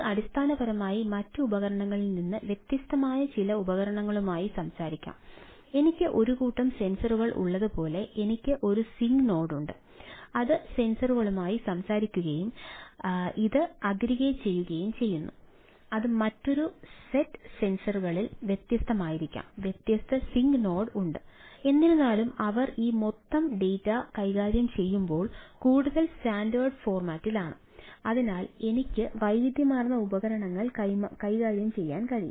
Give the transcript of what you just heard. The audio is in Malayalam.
അതിനാൽ എനിക്ക് വൈവിധ്യമാർന്ന ഉപകരണങ്ങൾ കൈകാര്യം ചെയ്യാൻ കഴിയും